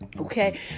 Okay